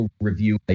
Review